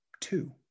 Two